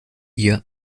ihr